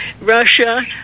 Russia